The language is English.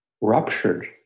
ruptured